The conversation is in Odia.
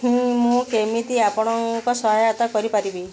ହଁ ମୁଁ କେମିତି ଆପଣଙ୍କ ସହାୟତା କରିପାରିବି